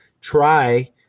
try